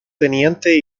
teniente